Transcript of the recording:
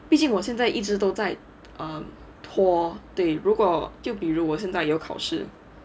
毕竟我现在一直都在 um 拖对如果就比如我现在有考试